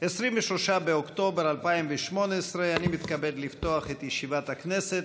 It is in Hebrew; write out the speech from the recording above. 23 באוקטובר 2018. אני מתכבד לפתוח את ישיבת הכנסת.